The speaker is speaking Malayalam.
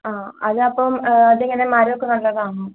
ആ അത് അപ്പം അതിെങ്ങനെ മരൊക്കെ നല്ലതാണോ